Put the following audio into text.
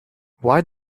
why